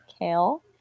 Kale